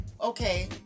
Okay